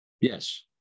yes